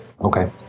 okay